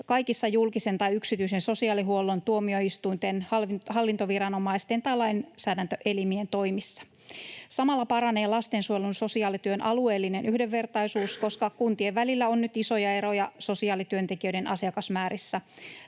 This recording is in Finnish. kaikissa julkisen tai yksityisen sosiaalihuollon, tuomioistuinten, hallintoviranomaisten tai lainsäädäntöelimien toimissa. Samalla paranee lastensuojelun sosiaalityön alueellinen yhdenvertaisuus, koska kuntien välillä on nyt isoja eroja sosiaalityöntekijöiden asiakasmäärissä.